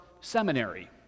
seminary